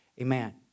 Amen